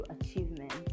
achievements